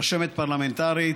רשמת פרלמנטרית,